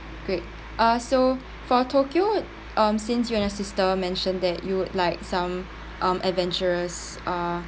great uh so for tokyo um since you and your sister mentioned that you would like some um adventurous uh